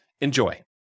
Enjoy